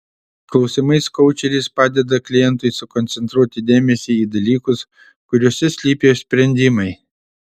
klausimais koučeris padeda klientui sukoncentruoti dėmesį į dalykus kuriuose slypi sprendimai